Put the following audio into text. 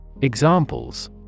Examples